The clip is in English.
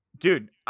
Dude